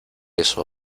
eso